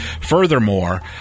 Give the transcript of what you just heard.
Furthermore